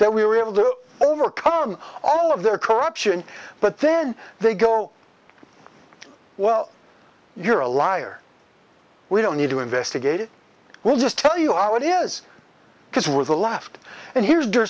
that we were able to overcome all of their corruption but then they go well you're a liar we don't need to investigate it will just tell you how it is because we're the left and here's